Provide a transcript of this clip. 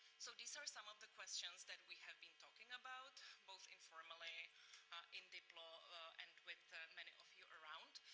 so these are some of the questions that we have been talking about, both informally in diplo and with many of you around,